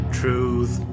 truth